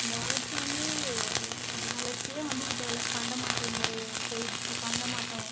இந்த வளர்ச்சி வந்து இந்த வளர்ச்சி வந்திருக்க தேவை இல்லை பண்டம் மாற்று முறை போய்டுச்சு பண்டமாற்றம்